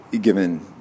given